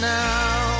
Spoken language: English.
now